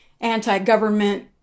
anti-government